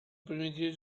primitive